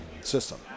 system